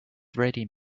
ready